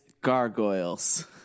Gargoyles